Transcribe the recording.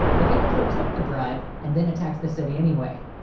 but emicho took the bribe and then attach the city anyway.